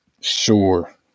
sure